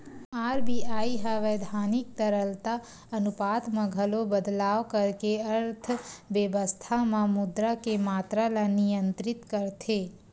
RBI ह बैधानिक तरलता अनुपात म घलो बदलाव करके अर्थबेवस्था म मुद्रा के मातरा ल नियंत्रित करथे